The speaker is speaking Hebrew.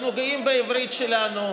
אנחנו גאים בעברית שלנו.